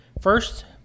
First